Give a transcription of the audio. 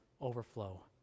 overflow